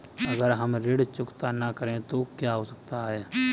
अगर हम ऋण चुकता न करें तो क्या हो सकता है?